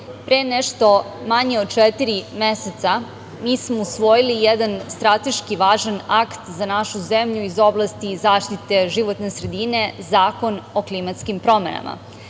pre nešto manje od četiri meseca mi smo usvojili jedan strateški važan akt za našu zemlju iz oblasti zaštite životne sredine, Zakon o klimatskim promenama